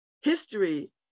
history